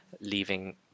leaving